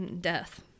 death